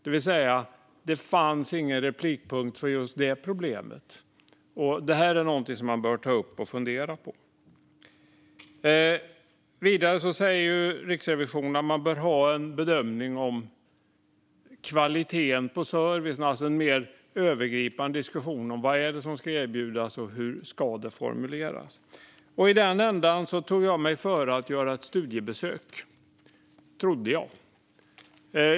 Det ville säga att det inte fanns någon replikpunkt för just det problemet. Det är något man bör ta upp och fundera över. Vidare säger Riksrevisionen att det bör finnas en bedömning av kvaliteten på servicen, en mer övergripande diskussion om vad som ska erbjudas och hur det ska formuleras. I den änden tog jag mig för att göra ett studiebesök, trodde jag.